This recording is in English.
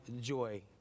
joy